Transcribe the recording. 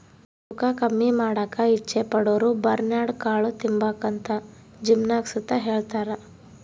ತೂಕ ಕಮ್ಮಿ ಮಾಡಾಕ ಇಚ್ಚೆ ಪಡೋರುಬರ್ನ್ಯಾಡ್ ಕಾಳು ತಿಂಬಾಕಂತ ಜಿಮ್ನಾಗ್ ಸುತ ಹೆಳ್ತಾರ